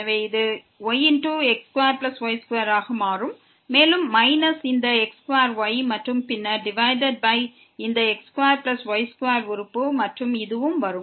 எனவே இது yx2y2 ஆக மாறும் மேலும் மைனஸ் இந்த x2y மற்றும் பின்னர் டிவைடட் பை இந்த x2y2 உறுப்பு மற்றும் இதுவும் வரும்